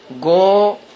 go